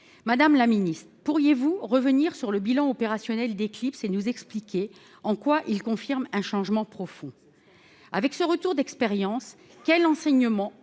Éclipse. » Pourriez-vous revenir sur le bilan opérationnel d'Éclipse et nous expliquer en quoi il confirme un changement profond ? Avec ce retour d'expérience, quels enseignements